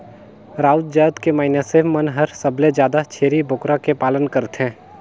राउत जात के मइनसे मन हर सबले जादा छेरी बोकरा के पालन करथे